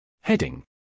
Heading